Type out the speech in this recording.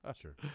Sure